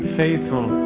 faithful